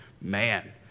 man